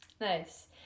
Nice